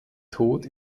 tod